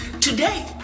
today